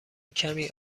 کمی